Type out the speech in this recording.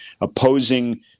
opposing